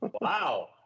wow